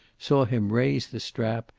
saw him raise the strap,